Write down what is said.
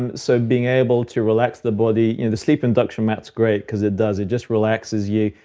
and so being able to relax the body, you know the sleep induction mat's great cause it does. it just relaxes you.